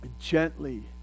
gently